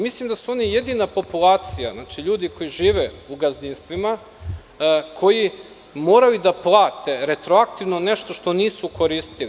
Mislim da su oni jedina populaciji, ljudi koji žive u gazdinstvima, koji moraju da plate retroaktivno nešto što nisu koristili.